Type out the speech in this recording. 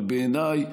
אבל בעיניי